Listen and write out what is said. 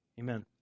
amen